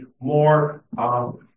more